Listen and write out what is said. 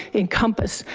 encompass,